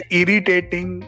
irritating